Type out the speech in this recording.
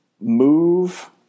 move